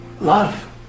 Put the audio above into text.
Love